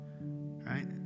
right